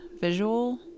visual